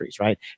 right